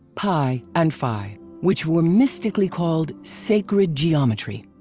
pi and phi which were mystically called sacred geometry.